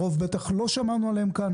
הרוב בטח לא שמענו עליהם כאן